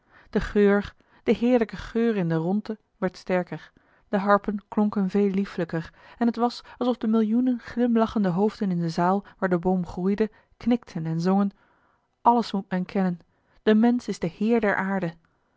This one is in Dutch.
de geur de heerlijke geur in de rondte werd sterker de harpen klonken veel liefelijker en het was alsof de millioenen glimlachende hoofden in de zaal waar de boom groeide knikten en zongen alles moet men kennen de mensch is de heer der aarde